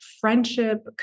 friendship